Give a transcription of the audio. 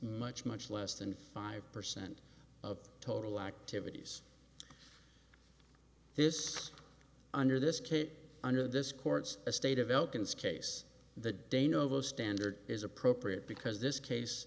much much less than five percent of total activities this under this kate under this court's a state of elkins case the day novo standard is appropriate because this case